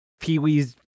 Pee-wee's